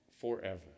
forever